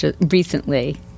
recently